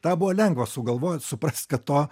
tą buvo lengva sugalvot suprast kad to